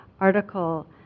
article